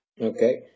Okay